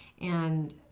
and,